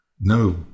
No